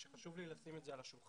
חשוב לי לשים את זה על השולחן.